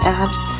apps